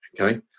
Okay